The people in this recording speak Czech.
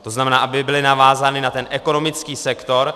To znamená, aby byly navázány na ten ekonomický sektor.